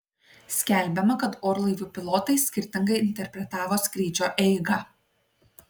skelbiama kad orlaivių pilotai skirtingai interpretavo skrydžio eigą